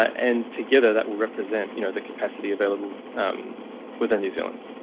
and together that will represent, you know, the capacity available within new zealand.